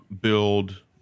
build